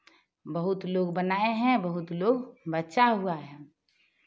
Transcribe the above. बहुत लोग बनाए हैं बहुत लोग बचा हुआ है